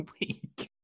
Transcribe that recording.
week